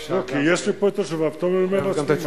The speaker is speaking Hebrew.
כי יש לי כאן תשובה, ופתאום אני אומר לעצמי,